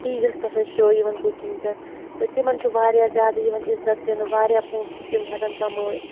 T V یَس پٮ۪ٹھ ٲسۍ شو یِوان کُکِنٛگ پٮ۪ٹھ تہٕ تِمَن چھُ واریاہ زیادٕ یِوان عزت دِنہٕ واریاہ پونٛسہٕ چھِ تِم ہٮ۪کان کمٲوِتھ